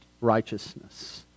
righteousness